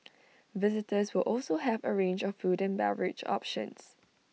visitors will also have A range of food and beverage options